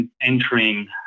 entering